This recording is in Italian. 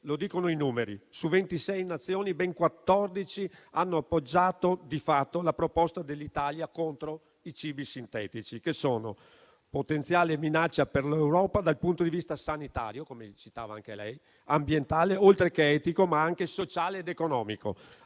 lo dicono i numeri: su 26 Nazioni, ben 14 hanno appoggiato di fatto la proposta dell'Italia contro i cibi sintetici, che sono potenziale minaccia per l'Europa dal punto di vista sanitario - come citava anche lei - ambientale, oltre che etico, sociale ed economico.